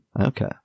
Okay